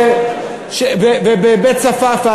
ובבית-צפאפא,